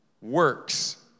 works